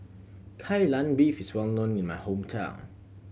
Kai Lan Beef is well known in my hometown